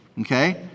Okay